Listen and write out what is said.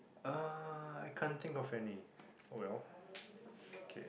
uh I can't think of any oh well okay